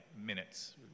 Minutes